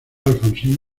alfonsín